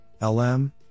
LM